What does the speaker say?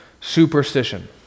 superstition